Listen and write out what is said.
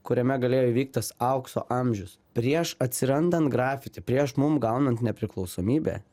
kuriame galėjo įvykt tas aukso amžius prieš atsirandant grafiti prieš mum gaunant nepriklausomybę